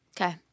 okay